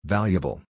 Valuable